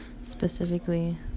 specifically